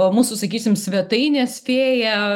mūsų sakysim svetainės fėja